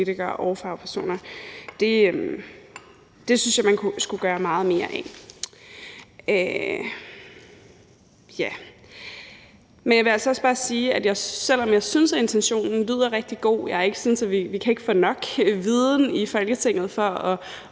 og fagpersoner. Det synes jeg man skulle gøre meget mere af. Men jeg vil altså også bare sige, at selv om jeg synes, at intentionen lyder rigtig god – vi kan ikke få nok viden i Folketinget for at